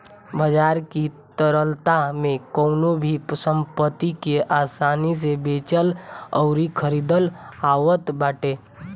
बाजार की तरलता में कवनो भी संपत्ति के आसानी से बेचल अउरी खरीदल आवत बाटे